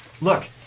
Look